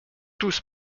tous